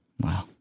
wow